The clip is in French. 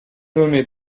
nommé